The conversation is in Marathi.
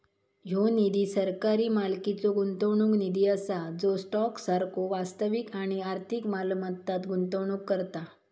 ह्यो निधी सरकारी मालकीचो गुंतवणूक निधी असा जो स्टॉक सारखो वास्तविक आणि आर्थिक मालमत्तांत गुंतवणूक करता